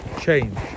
change